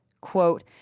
quote